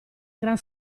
gran